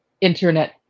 internet